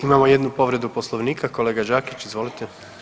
Imamo jednu povredu Poslovnika, kolega Đakić izvolite.